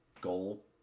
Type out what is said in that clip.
goal